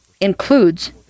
includes